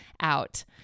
out